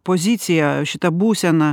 poziciją šitą būseną